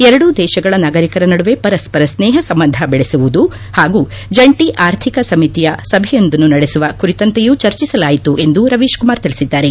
ಎರಡೂ ದೇಶಗಳ ನಾಗರಿಕರ ನಡುವೆ ಪರಸ್ಪರ ಸ್ನೇಪ ಸಂಬಂಧ ಬೆಳೆಸುವುದು ಹಾಗೂ ಜಂಟಿ ಆರ್ಥಿಕ ಸಮಿತಿಯ ಸಭೆಯೊಂದನ್ನು ನಡೆಸುವ ಕುರಿತಂತೆಯೂ ಚರ್ಚಿಸಲಾಯಿತು ಎಂದು ರವೀಶ್ಕುಮಾರ್ ತಿಳಿಸಿದ್ದಾರೆ